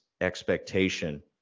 expectation